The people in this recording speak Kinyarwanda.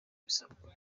ibisabwa